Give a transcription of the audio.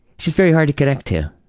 just very hard to connect to.